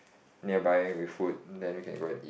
nearby with food then we can go and eat